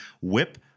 Whip